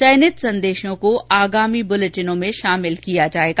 चयनित संदेशों को आगामी बुलेटिनों में शामिल किया जाएगा